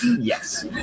Yes